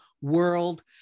world